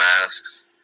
masks